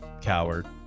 Coward